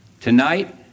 Tonight